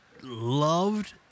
loved